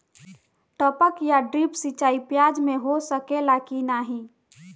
टपक या ड्रिप सिंचाई प्याज में हो सकेला की नाही?